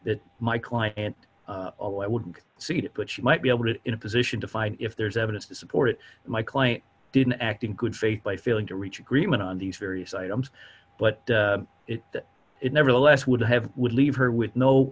that my client and ally wouldn't see it but she might be able to in a position to find if there's evidence to support it my client didn't act in good faith by failing to reach agreement on these various items but it nevertheless would have would leave her with no